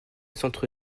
centre